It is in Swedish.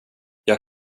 jag